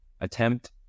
attempt